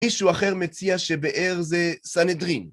מישהו אחר מציע שבאר זה סנדהרין.